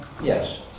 Yes